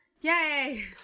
Yay